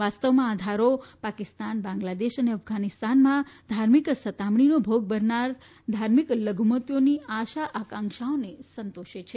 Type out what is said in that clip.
વાસ્તવમાં આ ધારો પાકિસ્તાન બાંગ્લાદેશ અને અફઘાનિસ્તાનમાં ધાર્મિક સતામણીનો ભોગ બનનાર ધાર્મિક લઘુમતીઓની આશા આંકાક્ષાઓ સંતોષે છે